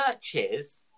churches